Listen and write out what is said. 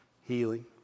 Healing